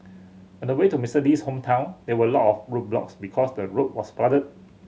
on the way to Mister Lee's hometown there were a lot of roadblocks because the road was flooded